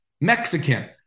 Mexican